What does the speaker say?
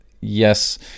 Yes